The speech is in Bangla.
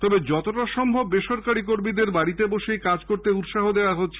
তবে যতটা স ব ব্রেসরকারি কমীদের বাড়িতে বসেই কাজ করতে উৎসাহ দ্দওয়া হবে